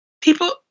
People